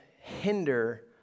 hinder